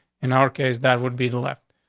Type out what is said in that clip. in our case, that would be the left.